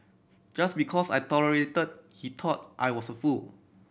just because I tolerated he thought I was a fool